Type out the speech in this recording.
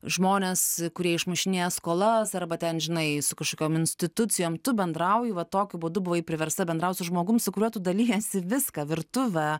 žmones kurie išmušinėja skolas arba ten žinai su kažkokiom institucijom tu bendrauji va tokiu būdu buvai priversta bendraut su žmogum su kuriuo tu dalijiesi viską virtuvę